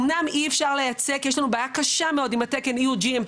אמנם אי אפשר לייצא כי יש לנו בעיה קשה מאוד עם התקן Eugmp,